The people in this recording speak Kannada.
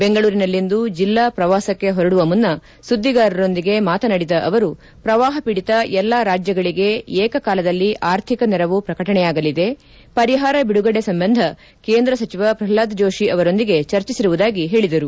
ಬೆಂಗಳೂರಿನಲ್ಲಿಂದು ಜಿಲ್ಲಾ ಪ್ರವಾಸಕ್ಕೆ ಹೊರಡುವ ಮುನ್ನ ಸುದ್ದಿಗಾರರೊಂದಿಗೆ ಮಾತನಾಡಿದ ಅವರು ಪ್ರವಾಹ ಪೀಡಿತ ಎಲ್ಲ ರಾಜ್ಗಳಿಗೆ ಏಕಕಾಲದಲ್ಲಿ ಆರ್ಥಿಕ ನೆರವು ಪ್ರಕಟಣೆಯಾಗಲಿದೆ ಪರಿಹಾರ ಬಿಡುಗಡೆ ಸಂಬಂಧ ಕೇಂದ್ರ ಸಚಿವ ಪ್ರಲ್ನಾದ್ ಜೋಷಿ ಅವರೊಂದಿಗೆ ಚರ್ಚಿಸಿರುವುದಾಗಿ ಹೇಳಿದರು